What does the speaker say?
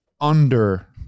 under-